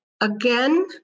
again